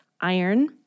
iron